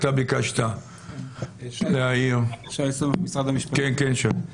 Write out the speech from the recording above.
שי סומך ממשרד המשפטים, בבקשה.